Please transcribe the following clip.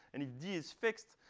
and if d is fixed,